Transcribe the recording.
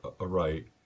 aright